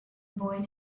boy